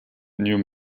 new